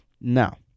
Now